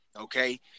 Okay